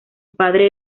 padre